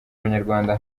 abanyarwanda